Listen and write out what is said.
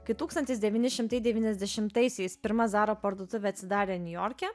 kai tūkstantis devyni šimtai devyniasdešimtaisiais pirma zara parduotuvė atsidarė niujorke